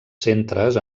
centres